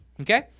okay